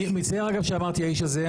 אני מצטער, אגב, שאמרתי "האיש הזה".